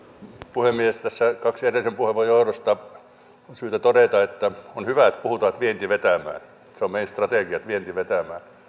puhemies kahden edellisen puheenvuoron johdosta on syytä todeta että on hyvä että puhutaan että vienti vetämään se on meidän strategiamme vienti vetämään